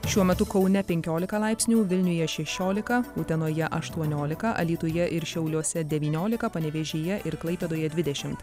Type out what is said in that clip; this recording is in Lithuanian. šiuo metu kaune penkiolika laipsnių vilniuje šešiolika utenoje aštuoniolika alytuje ir šiauliuose devyniolika panevėžyje ir klaipėdoje dvidešimt